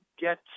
get